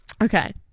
Okay